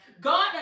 God